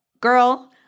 Girl